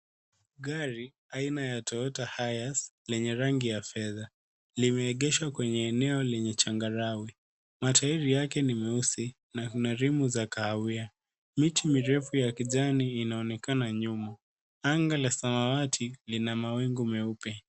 Gari aina ya Toyota Hiace lenye rangi ya fedha. Limeegeshwa kwenye eneo lenye changarawe. Matairi yake ni meusi na lina rim za kahawia. Miti mirefu ya kijani inaonekana nyuma. Anga la samawati lina mawingu meupe.